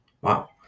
wow